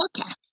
Okay